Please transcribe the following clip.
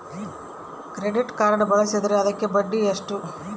Credit card ಬಳಸಿದ್ರೇ ಅದಕ್ಕ ಬಡ್ಡಿ ಎಷ್ಟು?